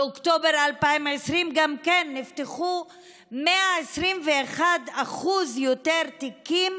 באוקטובר 2020 גם נפתחו 121% יותר תיקים